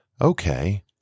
Okay